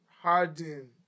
Harden